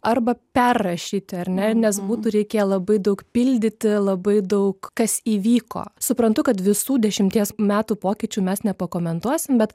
arba perrašyti ar ne nes būtų reikėję labai daug pildyti labai daug kas įvyko suprantu kad visų dešimties metų pokyčių mes nepakomentuosim bet